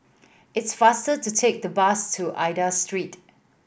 it's faster to take the bus to Aida Street